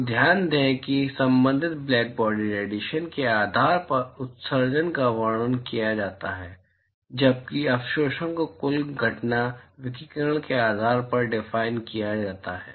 तो ध्यान दें कि संबंधित ब्लैकबॉडी रेडिएशन के आधार पर उत्सर्जन का वर्णन किया जाता है जबकि अवशोषण को कुल घटना विकिरण के आधार पर डिफाइन किया जाता है